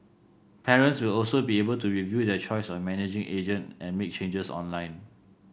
parents will also be able to review their choice of managing agent and make changes online